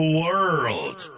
world